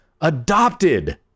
adopted